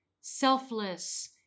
selfless